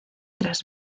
tras